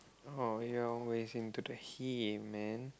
oh you know to the he man